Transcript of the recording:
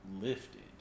lifted